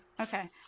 Okay